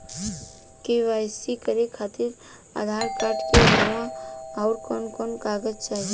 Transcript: KYC करे खातिर Aadhaar card के अलावा आउरकवन कवन कागज चाहीं?